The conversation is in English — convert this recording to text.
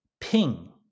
ping